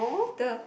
the